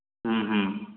ହୁଁ ହୁଁ